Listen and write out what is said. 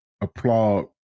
applaud